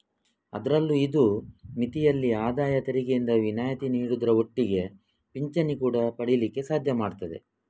ಅದ್ರಲ್ಲೂ ಇದು ಮಿತಿಯಲ್ಲಿ ಆದಾಯ ತೆರಿಗೆಯಿಂದ ವಿನಾಯಿತಿ ನೀಡುದ್ರ ಒಟ್ಟಿಗೆ ಪಿಂಚಣಿ ಕೂಡಾ ಪಡೀಲಿಕ್ಕೆ ಸಾಧ್ಯ ಮಾಡ್ತದೆ